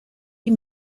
die